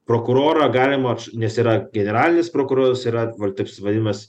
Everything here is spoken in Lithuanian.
prokurorą galima aš nes yra generalinis prokuroras yra val taip jis vadinamas